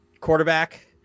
quarterback